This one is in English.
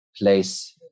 place